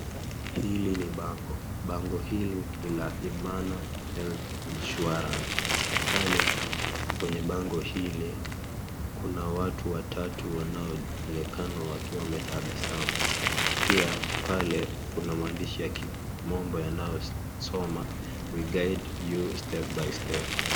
Hili ni bango. Bango hili ni la Imana Health Insurance. Pale kwenye bango ile kuna watu watatu wanaonekana wakiwa wametabasamu. Pia pale kuna maandishi ya kimombo yanayosoma; We Guide You Step by Step .